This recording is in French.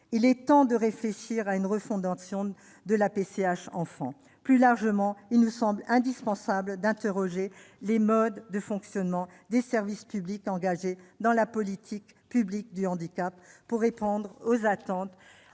Il est temps de réfléchir à une refondation de la PCH Enfant. Plus largement, il nous semble indispensable d'interroger les modes de fonctionnement des services publics engagés dans la politique publique du handicap. Il leur faut répondre aux attentes